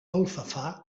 alfafar